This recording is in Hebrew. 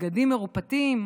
בבגדים מרופטים,